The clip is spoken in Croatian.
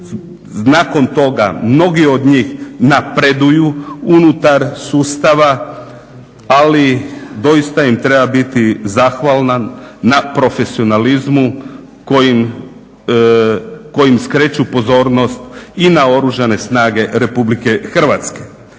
Nakon od toga mnogi od njih napreduju unutar sustava ali doista im treba zahvalan na profesionalizmu kojim skreću pozornost i na Oružane snage RH. Ja se